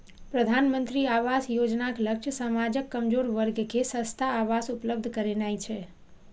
प्रधानमंत्री आवास योजनाक लक्ष्य समाजक कमजोर वर्ग कें सस्ता आवास उपलब्ध करेनाय छै